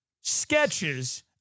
sketches